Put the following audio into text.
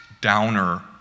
downer